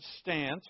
stance